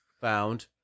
found